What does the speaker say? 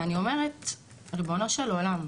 ואני אומרת, ריבונו של עולם,